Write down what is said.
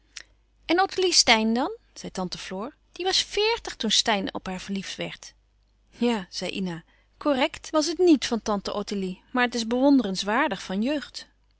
en ottilie steyn dan zei tante floor die was feèrtig toen steyn op haar verrliefd werd louis couperus van oude menschen de dingen die voorbij gaan ja zei ina correct was het niet van tante ottilie maar het is bewonderenswaardig van jeugd